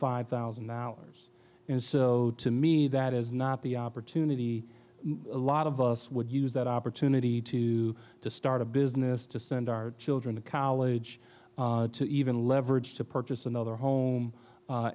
five thousand dollars and so to me that is not the opportunity a lot of us would use that opportunity to to start a business to send our children to college to even leverage to purchase another home